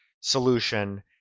solution